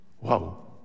wow